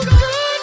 good